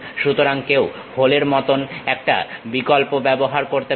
সুতরাং কেউ হোলের মতন একটা বিকল্প ব্যবহার করতে পারে